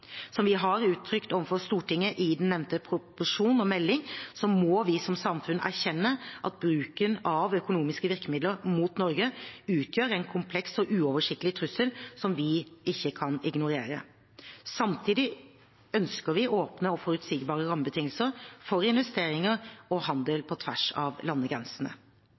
Som vi har uttrykt overfor Stortinget i den nevnte proposisjon og melding, må vi som samfunn erkjenne at bruken av økonomiske virkemidler mot Norge utgjør en kompleks og uoversiktlig trussel som vi ikke kan ignorere. Samtidig ønsker vi åpne og forutsigbare rammebetingelser for investeringer og handel på tvers av landegrensene.